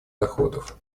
доходов